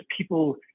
people